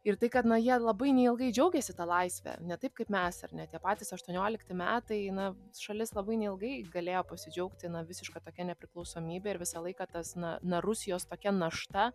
ir tai kad na jie labai neilgai džiaugėsi ta laisve ne taip kaip mes ar ne tie patys aštuoniolikti metai na šalis labai neilgai galėjo pasidžiaugti visiška tokia nepriklausomybe ir visą laiką tas na na rusijos tokia našta